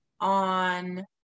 on